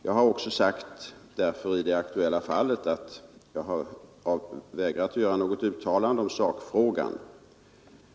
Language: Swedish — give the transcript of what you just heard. Jag har därför i det aktuella fallet också vägrat att göra något uttalande om sakfrågan.